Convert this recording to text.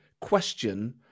question